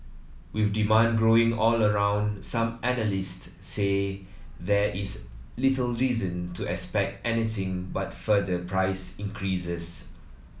with demand growing all around some analyst say there is little reason to expect anything but further price increases